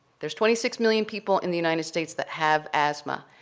there's twenty six million people in the united states that have asthma.